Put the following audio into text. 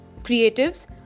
creatives